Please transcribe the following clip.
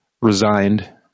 resigned